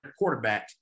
quarterbacks